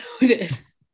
notice